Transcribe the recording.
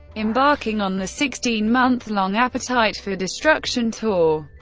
embarking on the sixteen month long appetite for destruction tour.